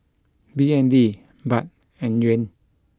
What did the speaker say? B N D baht and yuan